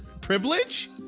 privilege